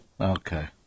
Okay